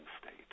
state